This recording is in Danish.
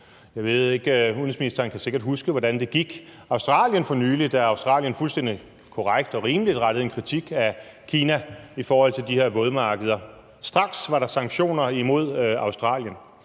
vrede. Udenrigsministeren kan sikkert huske, hvordan det gik Australien for nylig, da Australien fuldstændig korrekt og rimeligt rettede en kritik af Kina i forhold til de her vådmarkeder. Straks var der sanktioner imod Australien